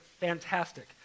fantastic